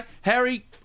Harry